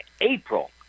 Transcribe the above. April